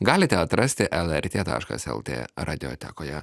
galite atrasti lrt taškas lt radiotekoje